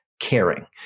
Caring